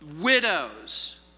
widows